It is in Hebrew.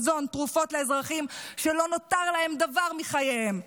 מזון ותרופות לאזרחים שלא נותר להם דבר מחייהם.